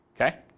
Okay